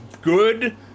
good